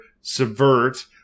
subvert